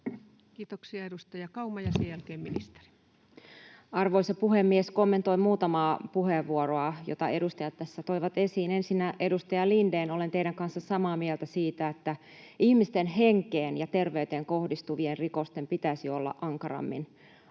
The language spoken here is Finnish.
Kiitoksia. — Edustaja Kauma, ja sen jälkeen ministeri. Arvoisa puhemies! Kommentoin muutamaa puheenvuoroa, joita edustajat tässä toivat esiin. Ensinnä, edustaja Lindén, olen teidän kanssanne samaa mieltä siitä, että ihmisten henkeen ja terveyteen kohdistuvien rikosten pitäisi olla ankarammin